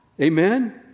Amen